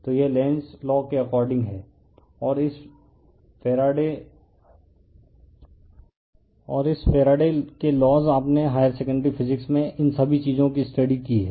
तो यह Lenz law है और इस फैराडे के लॉज़ आपने हायर सेकेंडरी फिजिक्स में इन सभी चीजों कि स्टडी की है